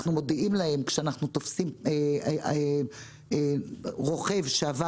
אנחנו מודיעים להן כשאנחנו תופסים רוכב שעבר